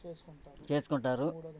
చేసుకుంటారు